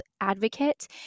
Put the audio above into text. advocate